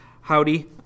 howdy